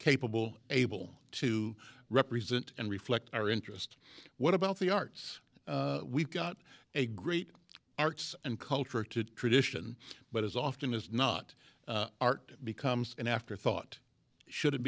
capable able to represent and reflect our interest what about the arts we've got a great arts and culture to tradition but as often as not art becomes an afterthought should it